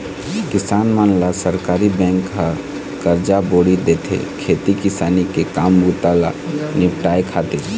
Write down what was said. किसान मन ल सहकारी बेंक ह करजा बोड़ी देथे, खेती किसानी के काम बूता ल निपाटय खातिर